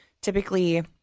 typically